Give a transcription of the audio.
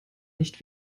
nicht